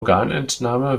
organentnahme